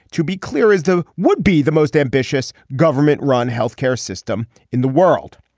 to be clear is the would be the most ambitious government run health care system in the world.